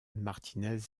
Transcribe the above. martínez